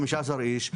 חמישה עשר איש,